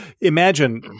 imagine